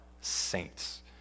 saints